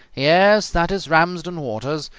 yes, that is ramsden waters.